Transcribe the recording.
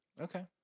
Okay